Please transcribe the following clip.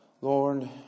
Lord